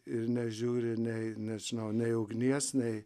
ir nežiūri nei nežinau nei ugnies nei